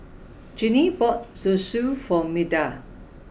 Jeanine bought Zosui for Milda